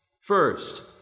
First